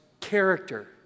character